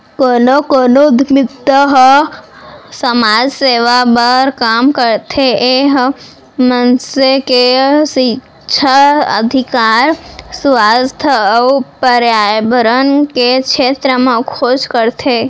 कोनो कोनो उद्यमिता ह समाज सेवा बर काम करथे ए ह मनसे के सिक्छा, अधिकार, सुवास्थ अउ परयाबरन के छेत्र म खोज करथे